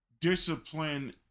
discipline